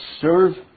serve